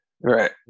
right